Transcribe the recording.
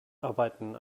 arbeiten